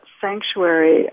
sanctuary